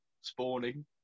spawning